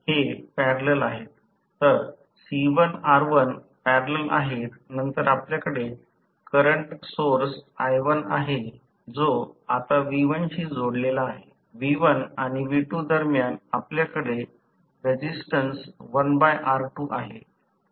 तर C1R1 parallel आहेत नंतर आपल्याकडे करंट सोर्स I1 आहे जो आता V1 शी जोडलेला आहे V1 आणि V2 दरम्यान आपल्याकडे रेसिस्टन्स 1R2 आहे